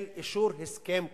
של אישור הסכם כלשהו.